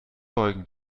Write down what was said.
beugen